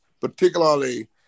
particularly